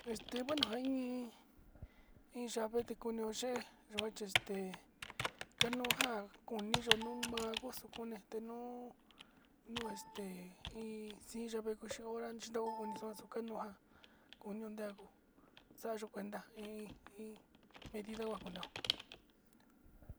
Este bueno njai iin iin yave ta kuneo yée yuanchexte kanujan kuniyuu numa'a kuxuuu kute nuu este iin xhin yave kuxhi hora yuo uxi hora xuu kano kuan kuño ndenguó xa'a yó cuenta he iin medida va'a kuneo.